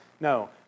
No